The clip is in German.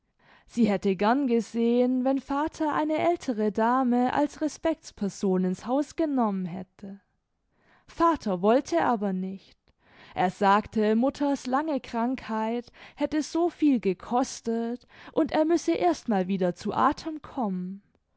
sie hätte gern gesehen wenn vater eine ältere dame als respektsperson ins haus genommen hätte vater wollte aber nicht er sagte mutters lange krankheit hätte so viel gekostet und er müsse erst mal wieder zu atem kommen